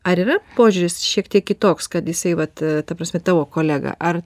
ar yra požiūris šiek tiek kitoks kad jisai vat ta prasme tavo kolega ar